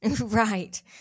Right